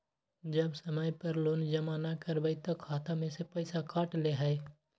जब समय पर लोन जमा न करवई तब खाता में से पईसा काट लेहई?